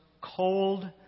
cold